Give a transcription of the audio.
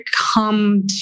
come